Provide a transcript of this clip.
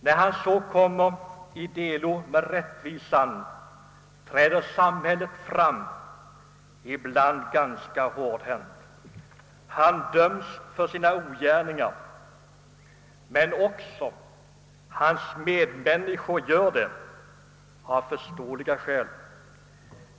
När han eller hon så kommer i delo med rättvisan träder samhället fram — ibland ganska hårdhänt. Vederbörande döms för sina ogärningar. Men också medmänniskorna dömer honom eller henne, av förståeliga skäl.